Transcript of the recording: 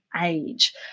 age